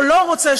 או לא רוצה,